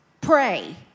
pray